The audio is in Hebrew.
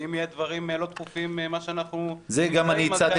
ואם יהיו דברים לא דחופים -- זה מה שהצעתי